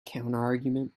counterargument